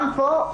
גם פה,